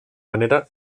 manera